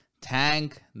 Tank